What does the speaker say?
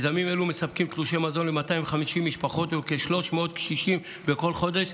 מיזמים אלו מספקים תלושי מזון ל-250 משפחות ולכ-300 קשישים בכל חודש,